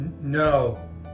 No